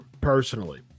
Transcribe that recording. personally